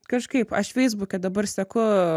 kažkaip aš feisbuke dabar seku